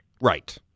Right